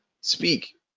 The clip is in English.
speak